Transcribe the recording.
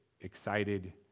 Excited